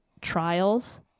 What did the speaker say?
trials